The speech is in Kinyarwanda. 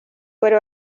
cole